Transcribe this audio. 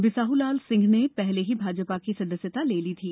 बिसाइलाल साह ने पहले ही भाजपा की सदस्यता ले ली थी